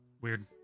Weird